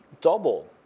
double